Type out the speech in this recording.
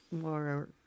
more